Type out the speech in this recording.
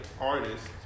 artist